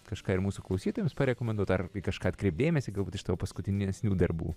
kažką ir mūsų klausytojams parekomenduoti ar kažką atkreipt dėmesį galbūt iš tavo paskutinesnių darbų